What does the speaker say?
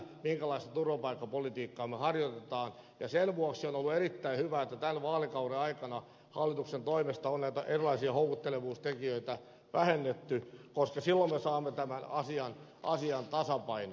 sen vuoksi on ollut erittäin hyvä että tämän vaalikauden aikana hallituksen toimesta on näitä erilaisia houkuttelevuustekijöitä vähennetty koska silloin me saamme tämän asian tasapainoon